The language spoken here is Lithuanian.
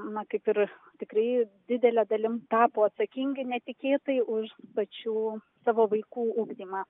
na kaip ir tikrai didele dalim tapo atsakingi netikėtai už pačių savo vaikų ugdymą